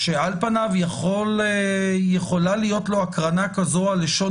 שעל-פניו יכולה להיות לו הקרנה כזו על לשון